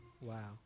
Wow